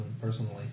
personally